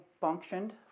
functioned